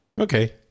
Okay